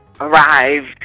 arrived